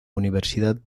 universidad